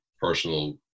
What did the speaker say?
personal